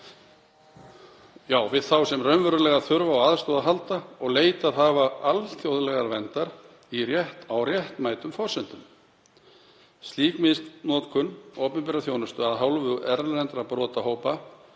við þá sem raunverulega þurfa á aðstoð að halda og leitað hafa alþjóðlegrar verndar á réttmætum forsendum. Slík misnotkun opinberrar þjónustu af hálfu erlendra brotahópa